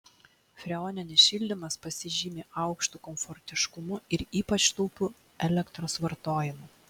freoninis šildymas pasižymi aukštu komfortiškumu ir ypač taupiu elektros vartojimu